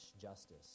justice